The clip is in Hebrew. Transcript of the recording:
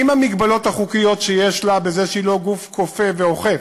עם המגבלות החוקיות שיש לה בזה שהיא לא גוף כופה ואוכף.